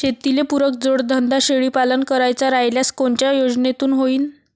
शेतीले पुरक जोडधंदा शेळीपालन करायचा राह्यल्यास कोनच्या योजनेतून होईन?